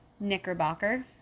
Knickerbocker